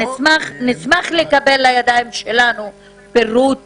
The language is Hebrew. נשמח לקבל לידינו פירוט